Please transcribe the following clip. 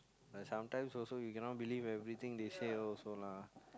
uh sometimes also you cannot believe everything they say also lah